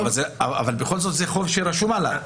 בכל זאת זה חוב שרשום עליו.